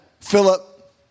Philip